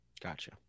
Gotcha